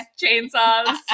chainsaws